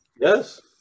yes